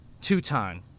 two-time